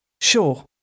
sure